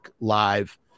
Live